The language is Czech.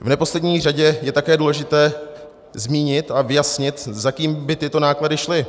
V neposlední řadě je také důležité zmínit a vyjasnit, za kým by tyto náklady šly.